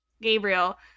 Gabriel